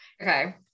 okay